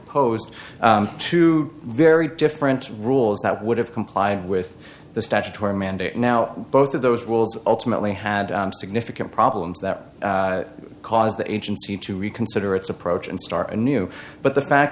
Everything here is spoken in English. proposed two very different rules that would have complied with the statutory mandate now both of those worlds ultimately had significant problems that cause the agency to reconsider its approach and start a new but the fact